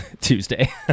Tuesday